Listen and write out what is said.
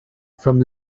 from